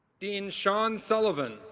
dean sean sullivan,